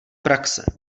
praxe